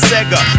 Sega